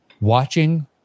Watching